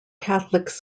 catholics